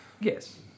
Yes